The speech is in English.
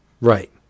Right